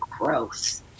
gross